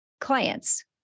Clients